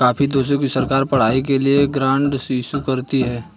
काफी देशों की सरकार पढ़ाई के लिए ग्रांट इशू करती है